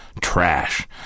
trash